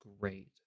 great